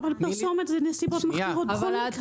אבל פרסומת זה נסיבות מחמירות בכל מקרה.